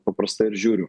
paprastai ir žiūriu